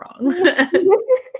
wrong